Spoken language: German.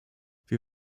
wir